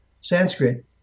Sanskrit